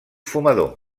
fumador